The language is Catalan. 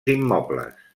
immobles